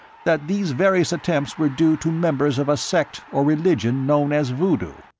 that these various attempts were due to members of a sect or religion known as voodoo.